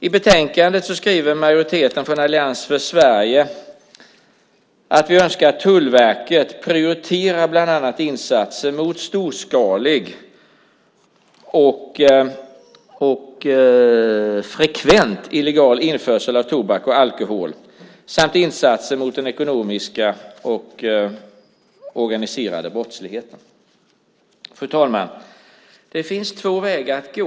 I betänkandet skriver majoriteten, vi i Allians för Sverige, att vi önskar att Tullverket prioriterar bland annat insatser mot storskalig och frekvent illegal införsel av tobak och alkohol samt insatser mot den ekonomiska organiserade brottsligheten. Fru talman! Det finns två vägar att gå.